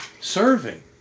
serving